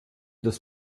das